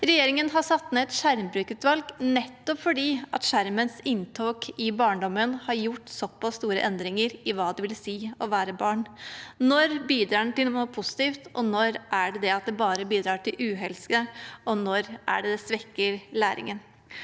Regjeringen har satt ned et skjermbrukutvalg fordi skjermers inntog i barndommen har gjort såpass store endringer i hva det vil si å være barn. Når bidrar den til noe positivt, når bidrar den bare til uhelse, og når svekker den læringen?